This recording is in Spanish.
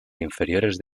inferiores